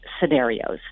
scenarios